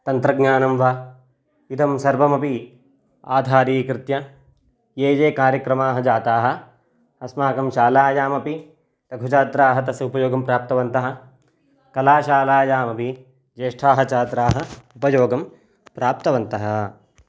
तन्त्रज्ञानं वा इदं सर्वमपि आधारीकृत्य ये ये कार्यक्रमाः जाताः अस्माकं शालायामपि लघु छात्राः तस्य उपयोगं प्राप्तवन्तः कलाशालायामपि ज्येष्ठाः छात्राः उपयोगं प्राप्तवन्तः